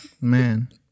man